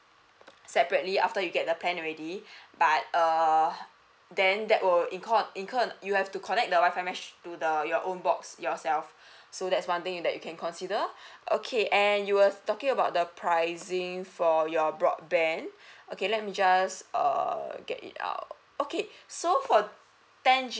separately after you get the ten ready but err then that will incur incur you have to collect the WI-FI mesh to the your own box yourself so that's one thing that you can consider okay and you were talking about the pricing for your broadband okay let me just err get it ah okay so for ten G_B